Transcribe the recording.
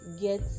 get